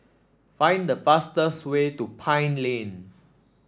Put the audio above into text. find the fastest way to Pine Lane